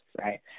right